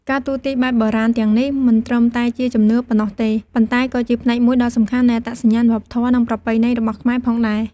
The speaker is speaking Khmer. ការទស្សន៍ទាយបែបបុរាណទាំងនេះ មិនត្រឹមតែជាជំនឿប៉ុណ្ណោះទេ ប៉ុន្តែក៏ជាផ្នែកមួយដ៏សំខាន់នៃអត្តសញ្ញាណវប្បធម៌ និងប្រពៃណីរបស់ខ្មែរផងដែរ។